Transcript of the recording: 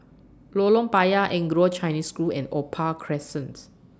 Lorong Payah Anglo Chinese School and Opal Crescents